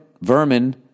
vermin